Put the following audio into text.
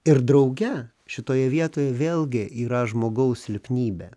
ir drauge šitoje vietoje vėlgi yra žmogaus silpnybė